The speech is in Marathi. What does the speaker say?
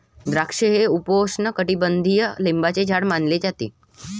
द्राक्षे हे उपोष्णकटिबंधीय लिंबाचे झाड मानले जाते